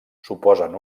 suposen